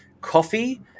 coffee